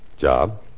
Job